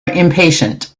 impatient